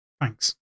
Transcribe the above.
Thanks